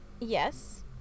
Yes